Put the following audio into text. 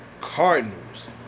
Cardinals